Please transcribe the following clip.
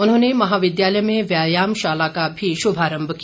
उन्होंने महाविद्यालय में व्यायामशाला का भी शुभारम्भ किया